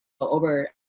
over